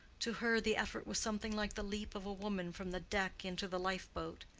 to her the effort was something like the leap of a woman from the deck into the lifeboat.